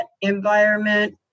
environment